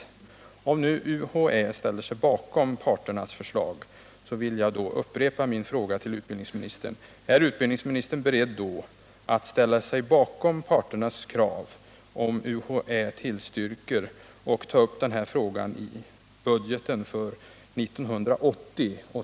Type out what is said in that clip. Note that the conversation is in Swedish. Om nu UHÄ ställer sig bakom parternas förslag, vill jag upprepa min fråga till utbildningsministern: Är utbildningsministern då beredd att ställa sig bakom parternas krav, om alltså UHÄ tillstyrker den, och att ta upp frågan i budgeten för 1980/81?